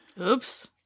Oops